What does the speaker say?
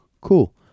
Cool